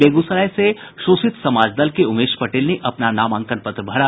बेगूसराय से शोषित समाज दल के उमेश पटेल ने अपना नामांकन पत्र भरा